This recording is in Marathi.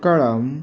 कळम